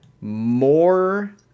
more